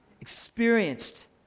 Experienced